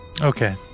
Okay